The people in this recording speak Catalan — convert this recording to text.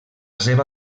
seva